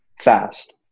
fast